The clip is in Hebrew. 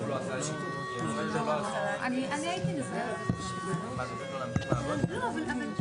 אני מבקש להתייחס לכמה נושאים